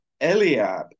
eliab